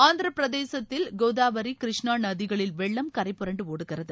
ஆந்திரப்பிரதேசத்தில் கோதாவரி கிருஷ்ணா நதிகளில் வெள்ளம் கரைபுரண்டு ஒடுகிறது